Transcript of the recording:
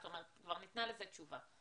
זאת אומרת, כבר ניתנה לזה תשובה.